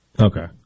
Okay